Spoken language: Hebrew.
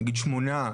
נגיד שמונה,